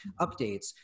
updates